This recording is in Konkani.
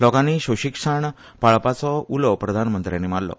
लोकांनी सोंशिकसाण पाळपाचो उलो प्रधानमंत्र्यांनी मारलो